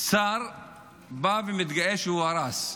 ששר בא ומתגאה שהוא הרס,